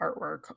artwork